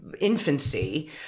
infancy